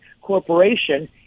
corporation